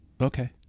Okay